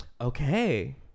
Okay